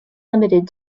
limited